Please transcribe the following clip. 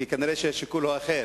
כי כנראה השיקול הוא אחר.